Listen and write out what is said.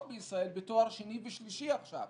בישראל לתואר שני ולתואר שלישי עכשיו.